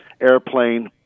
airplane